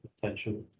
potential